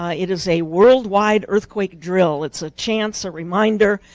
ah it is a worldwide earthquake drill. it's a chance, a reminder,